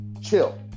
chill